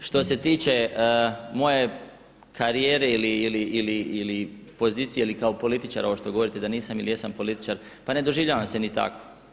Što se tiče moje karijere ili pozicije ili kao političara ovo što govorite da nisam ili jesam političar pa ne doživljavam se ni tako.